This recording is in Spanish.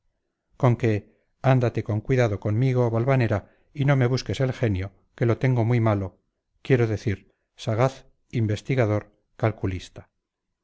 con que ándate con cuidado conmigo valvanera y no me busques el genio que lo tengo muy malo quiero decir sagaz investigador calculista